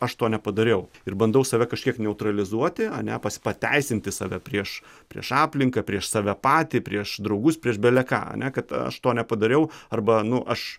aš to nepadariau ir bandau save kažkiek neutralizuoti ane pas pateisinti save prieš prieš aplinką prieš save patį prieš draugus prieš beleką ane kad aš to nepadariau arba nu aš